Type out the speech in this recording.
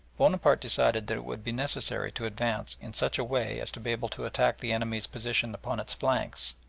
bonaparte decided that it would be necessary to advance in such a way as to be able to attack the enemy's position upon its flanks,